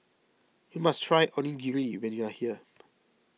you must try Onigiri when you are here